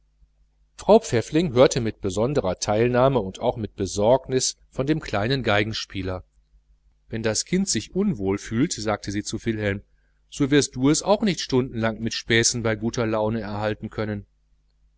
frau pfäffling hörte mit besonderer teilnahme und auch mit besorgnis von dem kleinen violinspieler wenn das kind sich unwohl fühlt sagte sie zu wilhelm so wirst du es auch nicht stundenlang mit spässen bei guter laune erhalten können